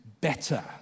better